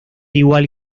igual